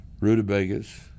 rutabagas